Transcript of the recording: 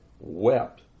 wept